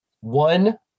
One